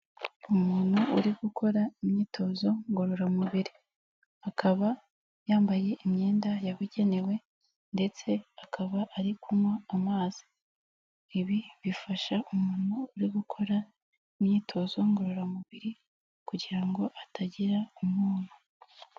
Umuntu uri gukora imyitozo ngororamubiri, akaba yambaye imyenda yabugenewe ndetse akaba ari kunywa amazi, ibi bifasha umuntu uri gukora imyitozo ngororamubiri kugira ngo atagira umwuma.